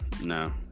no